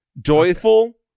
Joyful